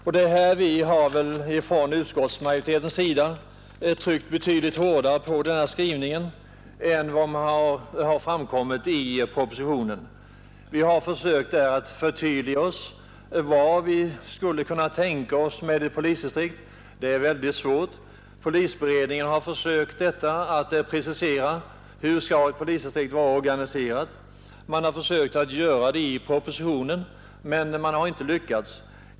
Utskottsmajoriteten har här i sin skrivning tryckt betydligt hårdare just på dessa synpunkter än som framkommit i propositionen. Vi har försökt förtydliga hur vi anser att ett polisdistrikt skall vara uppbyggt. Det är en svår fråga. Polisberedningen har försökt att precisera hur ett polisdistrikt skall vara organiserat. Man har försökt göra det i propositionen utan att lyckas.